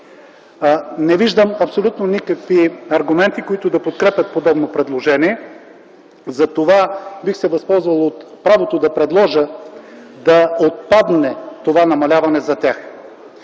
Не виждам абсолютно никакви аргументи, които да подкрепят подобно предложение. Затова бих се възползвал от правото да предложа да отпадне това намаляване за тях.